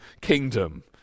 kingdom